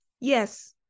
yes